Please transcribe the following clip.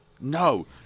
No